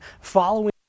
following